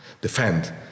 defend